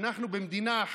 במדינת